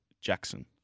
Jackson